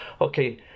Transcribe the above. Okay